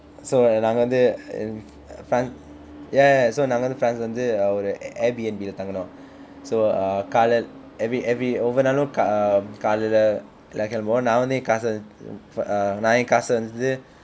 so நாங்க வந்து:naanga vanthu france ya ya so நாங்க வந்து:naanga vanthu france இல்ல வந்து ஒரு:illa vanthu oru AirBnb இல்ல தங்கினோம்:illa thanginoam so ah காலையில்:kaalayil every every ஒவ்வொரு நாளும்:ovvoru naalum um காலையில்ல கிளம்புவோம் நான் வந்து என் காசு:kaalayilla kilambuvoam naan vanthu en kaasu uh நான் என் காசை வந்து:naan en kaasai vanthu